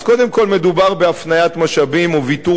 אז קודם כול מדובר בהפניית משאבים ובוויתור